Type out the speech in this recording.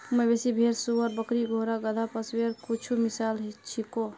मवेशी, भेड़, सूअर, बकरी, घोड़ा, गधा, पशुधनेर कुछु मिसाल छीको